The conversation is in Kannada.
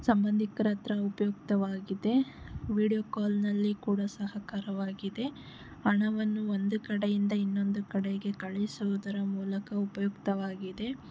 ಸಂಬಂಧಿಕರತ್ರ ಉಪಯುಕ್ತವಾಗಿದೆ ವೀಡಿಯೋ ಕಾಲ್ನಲ್ಲಿ ಕೂಡ ಸಹಕಾರವಾಗಿದೆ ಹಣವನ್ನು ಒಂದು ಕಡೆಯಿಂದ ಇನ್ನೊಂದು ಕಡೆಗೆ ಕಳುಹಿಸುವುದರ ಮೂಲಕ ಉಪಯುಕ್ತವಾಗಿದೆ